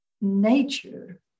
nature